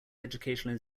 educational